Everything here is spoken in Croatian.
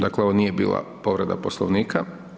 Dakle, ovo nije bila povreda Poslovnika.